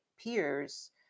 peers